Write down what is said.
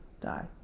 Die